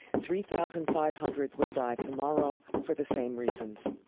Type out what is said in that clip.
three thousand five hundred will die tomorrow for the same reasons,